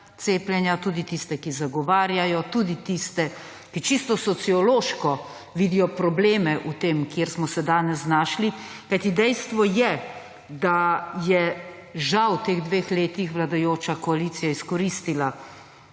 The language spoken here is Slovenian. cepljenja, tudi tiste, ki to zagovarjajo, tudi tiste, ki čisto sociološko vidijo probleme v tem, kjer smo se danes znašli. Dejstvo je, da je žal v teh dveh letih vladajoča koalicija izkoristila